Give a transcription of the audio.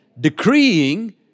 decreeing